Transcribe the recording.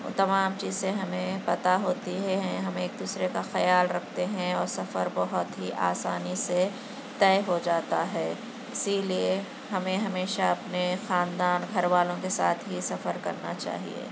وہ تمام چیزیں ہمیں پتہ ہوتی ہی ہیں ہم ایک دوسرے کا خیال رکھتے ہیں اور سفر بہت ہی آسانی سے طے ہو جاتا ہے اسی لیے ہمیں ہمیشہ اپنے خاندان گھر والوں کے ساتھ ہی سفر کرنا چاہیے